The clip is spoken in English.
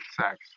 sex